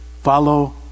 follow